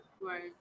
right